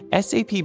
SAP